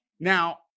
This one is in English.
Now